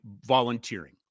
volunteering